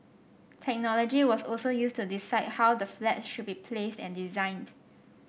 technology was also used to decide how the flats should be placed and designed